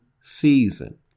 season